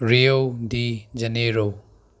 Rio de Janeiro